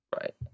Right